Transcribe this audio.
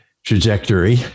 trajectory